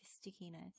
stickiness